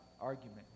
argument